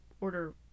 order